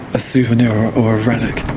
a souvenir or a relic.